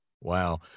wow